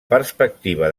perspectiva